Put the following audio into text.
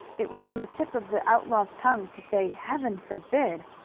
it was on the tip of the outlaw's tongue to say, heaven forbid!